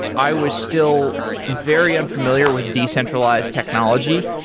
i was still very unfamiliar with decentralized technology,